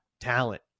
talent